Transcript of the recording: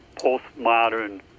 postmodern